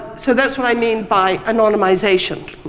so, that's what i mean by anonymization.